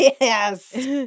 Yes